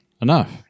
enough